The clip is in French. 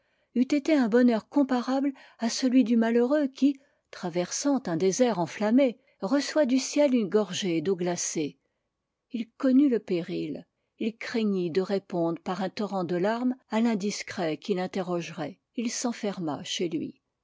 été un bonheur comparable à celui du malheureux qui traversant un désert enflammé reçoit du ciel une gorgée d'eau glacée il connut le péril il craignit de répondre par un torrent de larmes à l'indiscret qui l'interrogerait il s'enferma chez lui